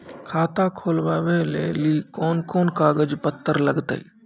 खाता खोलबाबय लेली कोंन कोंन कागज पत्तर लगतै?